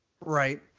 Right